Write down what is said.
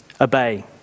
obey